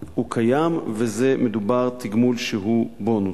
קיים, ומדובר בתגמול שהוא בונוס,